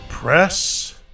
Press